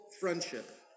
friendship